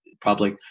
public